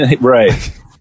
Right